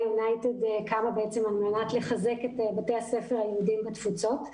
יונייטד קמה על מנת לחזק את בתי הספר היהודיים בתפוצות.